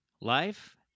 Life